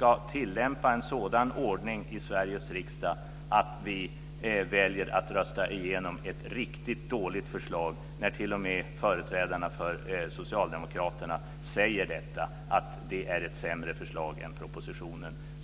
att tillämpa en sådan ordning i Sveriges riksdag att vi röstar igenom ett riktigt dåligt förslag. T.o.m. företrädarna för socialdemokraterna säger att det är ett sämre förslag än propositionen.